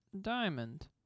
diamond